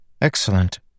Excellent